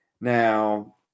now